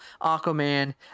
Aquaman